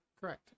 Correct